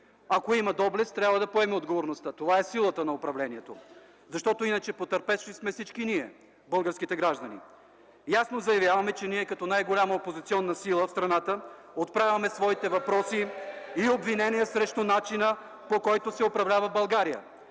Ако има доблест, трябва да поеме отговорността, това е силата на управлението. Защото иначе потърпевши сме всички ние – българските граждани. Ясно заявяваме, че ние като най-голяма опозиционна сила в страната, отправяме своите въпроси (шум, реплики и възгласи от мнозинството) и обвинения срещу начина, по който се управлява България